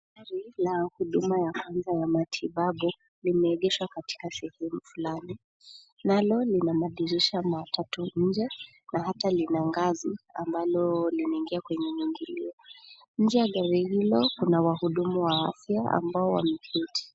Gari la huduma ya kwanza ya matibabu, limeegeshwa katika sehemu fulani. Na lori lina madirisha matatu nje na hata lina ngazi ambalo linaingia kwenye mwingilio. Nje ya gari hilo kuna wahudumu wa wasia ambao wameketi.